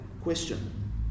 question